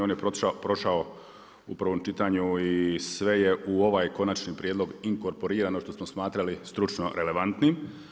On je prošao u prvom čitanju i sve je u ovaj konačni prijedlog inkorporiran, ono što smo smatrali stručno relevantnim.